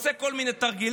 עושה כל מיני תרגילים,